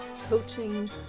coaching